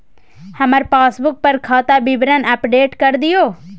हमर पासबुक पर खाता विवरण अपडेट कर दियो